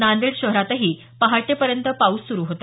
नांदेड शहरातही पहाटेपर्यंत पाऊस सुरु होता